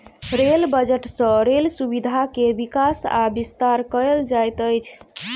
rail budget सँ rail सुविधा के विकास आ विस्तार कयल जाइत अछि